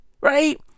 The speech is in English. Right